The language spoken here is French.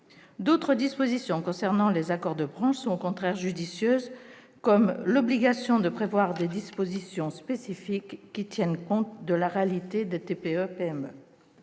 D'autres dispositions concernant les accords de branche sont au contraire judicieuses, comme l'obligation de prévoir des dispositions spécifiques qui tiennent compte de la réalité des TPE-PME.